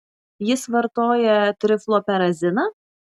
jis vartoja trifluoperaziną